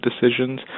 decisions